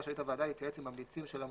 רשאית הוועדה להתייעץ עם ממליצים של המועמדים.